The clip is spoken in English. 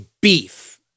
beef